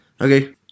Okay